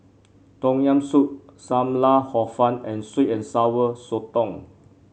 Tom Yam Soup Sam Lau Hor Fun and sweet and Sour Sotong